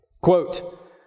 Quote